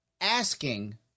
asking